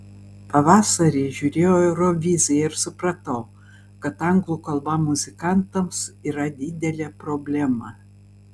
pavasarį žiūrėjau euroviziją ir supratau kad anglų kalba muzikantams yra didelė problema